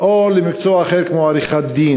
או למקצוע אחר, כמו עריכת-דין,